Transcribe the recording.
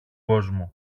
κόσμο